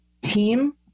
team